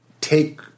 take